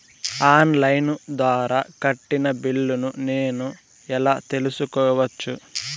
On line ద్వారా కట్టిన బిల్లును నేను ఎలా తెలుసుకోవచ్చు?